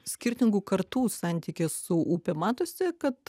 skirtingų kartų santykis su upe matosi kad